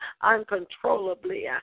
uncontrollably